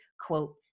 quote